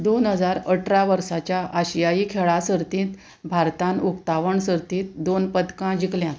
दोन हजार अठरा वर्साच्या आशियाई खेळा सर्तींत भारतांत उक्तावण सर्तींत दोन पदकां जिकल्यांत